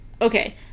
okay